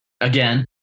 Again